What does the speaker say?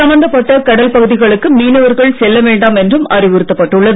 சம்பந்தபட்ட கடல் பகுதிகளுக்கு மீனவர்கள் செல்ல வேண்டாம் என்றும் அறிவுறுத்தப்பட்டுள்ளது